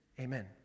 amen